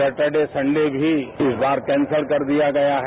Saturday Sunday भी इस बार केन्सल कर दिया गया है